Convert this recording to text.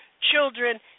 children